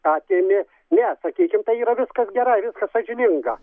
atėmė ne sakykime tai yra viskas gerai viskas sąžininga